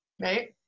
right